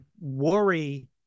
worry